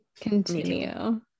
continue